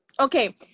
Okay